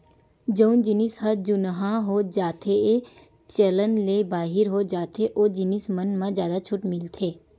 जउन जिनिस ह जुनहा हो जाथेए चलन ले बाहिर हो जाथे ओ जिनिस मन म जादा छूट मिलथे